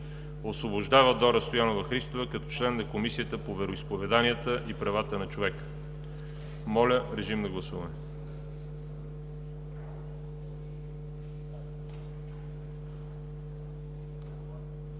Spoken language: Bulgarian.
Освобождава Дора Стоянова Христова като член на Комисията по вероизповеданията и правата на човека.“ Моля, режим на гласуване.